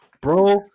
bro